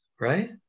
right